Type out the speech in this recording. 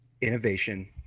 innovation